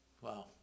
Wow